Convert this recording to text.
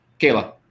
Kayla